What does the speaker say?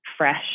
fresh